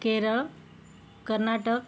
Kerala Karnataka